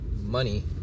money